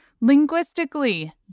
linguistically